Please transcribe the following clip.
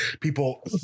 people